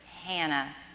Hannah